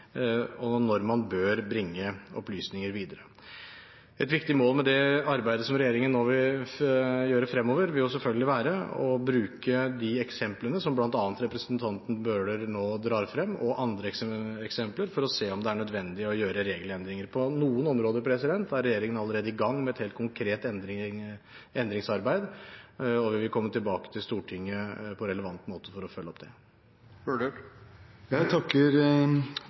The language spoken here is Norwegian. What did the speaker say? og når man bør bringe opplysninger videre. Et viktig mål med det arbeidet som regjeringen nå vil gjøre fremover, vil selvfølgelig være å bruke de eksemplene som bl.a. representanten Bøhler nå drar frem, og andre eksempler, for å se om det er nødvendig å gjøre regelendringer. På noen områder er regjeringen allerede i gang med et helt konkret endringsarbeid, og vi vil komme tilbake til Stortinget på relevant måte for å følge opp det. Jeg takker